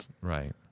Right